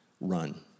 run